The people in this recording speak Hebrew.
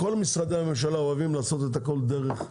הכל משרדי הממשלה אוהבים לעשות את הכל דרך העיריות,